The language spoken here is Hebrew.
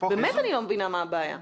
באמת אני לא מבינה מה הבעיה.